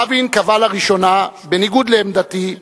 רבין קבע לראשונה, בניגוד לעמדתי,